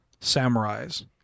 Samurais